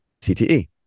CTE